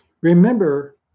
Remember